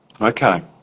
okay